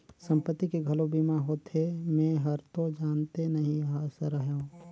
संपत्ति के घलो बीमा होथे? मे हरतो जानते नही रहेव